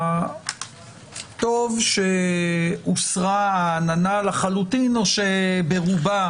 טוב שהוסרה העננה לחלוטין, או ברובה.